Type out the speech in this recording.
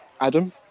Adam